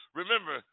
remember